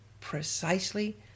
precisely